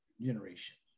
generations